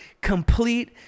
complete